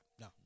No